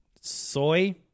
Soy